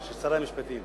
של שרי המשפטים.